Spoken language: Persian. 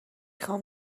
خوام